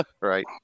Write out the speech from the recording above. right